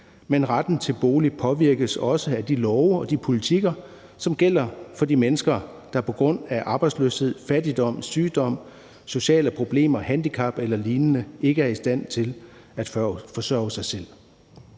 men retten til bolig påvirkes også af de love og de politikker, som gælder for de mennesker, der på grund af arbejdsløshed, fattigdom, sygdom, sociale problemer, handicap eller lignende ikke er i stand til at forsørge sig selv.